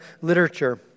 literature